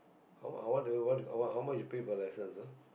how mu~ how I want the want the how much you pay for lessons uh